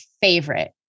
favorite